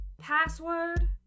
Password